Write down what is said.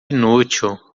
inútil